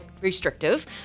restrictive